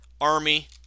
Army